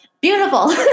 beautiful